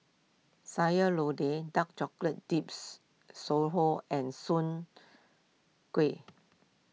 Sayur Lodeh Dark Chocolate Dips and Soon Kuih